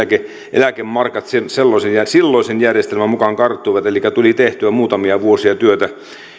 eläkemarkat silloisen järjestelmän mukaan karttuivat elikkä tuli tehtyä muutamia vuosia työtä